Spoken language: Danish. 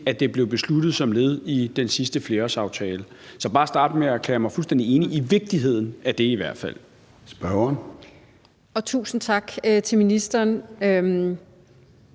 det blev besluttet som led i den sidste flerårsaftale. Så jeg vil bare starte med at erklære mig fuldstændig enig i vigtigheden af det, i hvert fald. Kl. 13:29 Formanden